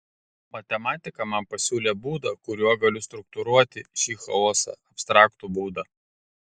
matematika man pasiūlė būdą kuriuo galiu struktūruoti šį chaosą abstraktų būdą